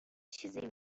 چیزی